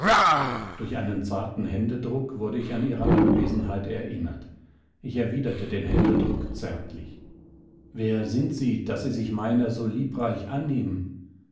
durch einen zarten händedruck wurde ich an ihre anwesenheit erinnert ich erwiderte den händedruck zärtlich wer sind sie die sie sich meiner so liebreich annehmen